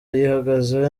yihagazeho